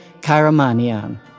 Karamanian